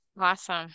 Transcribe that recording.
Awesome